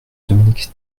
dominique